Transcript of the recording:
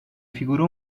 figura